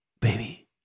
baby